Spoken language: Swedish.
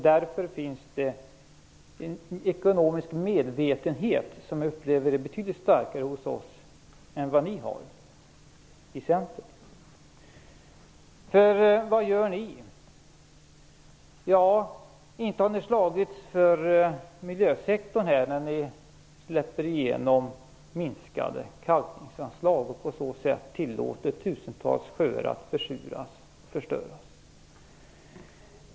Därför finns det en ekonomisk medvetenhet som jag upplever är betydligt starkare hos oss än hos er i Centern. Vad gör ni? Ni har inte slagits för miljösektorn när ni släpper igenom minskade kalkningsanslag och på det sättet tillåter tusentals sjöar att försuras och förstöras.